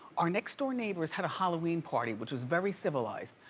our next door neighbors had a halloween party which was very civilized.